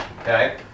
Okay